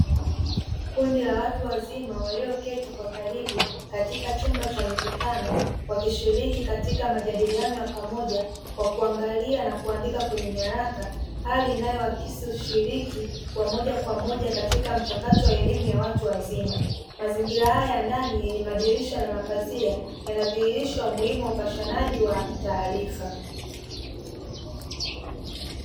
Kundi la watu wazima walioketi kwa karibu katika chumba cha mikutano wakishiriki katika majadiliano ya pamoja kwa kuangalia na kuandika kwenye nyaraka, hali ambayo inaakisi ushiriki wa moja kwa moja katika mchakato wa elimu ya watu wazima. Mazingira haya ya ndani yenye madirisha na mapazia yana dhihirisha umuhimu wa upashanaji wa taarifa.